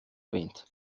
erwähnt